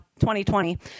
2020